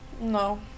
No